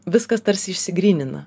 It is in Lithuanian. viskas tarsi išsigrynina